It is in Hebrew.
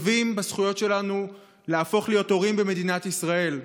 שווים בזכויות שלנו להפוך להיות הורים במדינת ישראל.